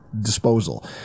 disposal